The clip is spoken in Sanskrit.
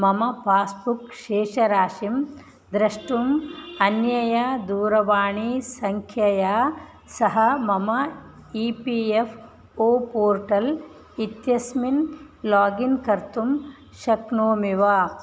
मम पास्बुक् शेषराशिं द्रष्टुम् अन्यया दूरवाणी सङ्ख्यया सह मम E P F O portal इत्यस्मिन् लोगिन् कर्तुं शक्नोमि वा